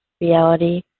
Reality